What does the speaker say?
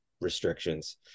restrictions